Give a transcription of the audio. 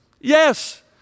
Yes